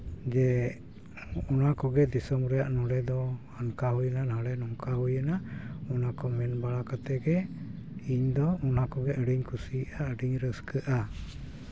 ᱡᱮ ᱚᱱᱟ ᱠᱚᱜᱮ ᱫᱤᱥᱚᱢ ᱨᱮᱭᱟᱜ ᱱᱚᱰᱮ ᱫᱚ ᱚᱱᱠᱟ ᱦᱩᱭᱱᱟ ᱱᱚᱰᱮ ᱱᱚᱝᱠᱟ ᱦᱩᱭᱱᱟ ᱚᱱᱟ ᱠᱚ ᱢᱮᱱ ᱵᱟᱲᱟ ᱠᱟᱛᱮᱫ ᱜᱮ ᱤᱧᱫᱚ ᱚᱱᱟ ᱠᱚᱜᱮ ᱟᱹᱰᱤᱧ ᱠᱩᱥᱤᱭᱟᱜᱼᱟ ᱟᱹᱰᱤᱧ ᱨᱟᱹᱥᱠᱟᱹᱜᱼᱟ